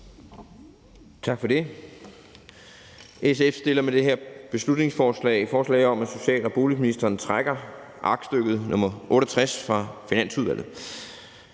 Tak for det. SF fremsætter med det her beslutningsforslag forslag om, at social- og boligministeren trækker aktstykke nr. 68 fra Finansudvalget